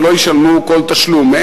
ולא ישלמו כל תשלום.